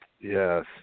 Yes